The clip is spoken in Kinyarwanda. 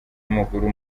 wamaguru